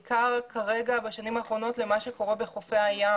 ובשנים האחרונות בעיקר למה שקורה בחופי הים